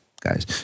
guys